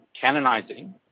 canonizing